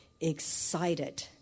excited